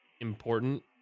important